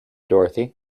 dorothy